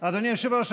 אדוני היושב-ראש,